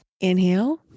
Inhale